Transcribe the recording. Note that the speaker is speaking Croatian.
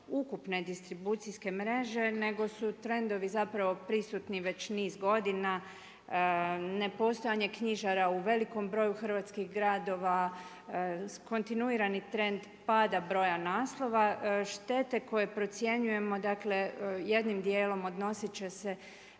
distribucijske mreže nego su trendovi prisutni već niz godina. Nepostojanje knjižara u velikom broju hrvatskih gradova, kontinuirani trend pada broja naslova. Štete koje procjenjujemo jednim dijelom odnosit će se